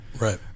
Right